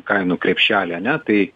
kainų krepšelį ane tai